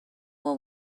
will